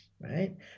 right